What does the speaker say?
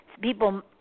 people